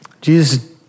Jesus